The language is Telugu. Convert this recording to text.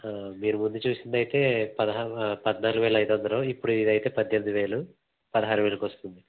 మీరు ముందు చూసింది అయితే పదహా పద్నాలుగు వేల ఐదు వందలు ఇప్పుడు ఇది అయితే పద్దెనిమిది వేలు పదహారు వేలకు వస్తుంది